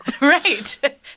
Right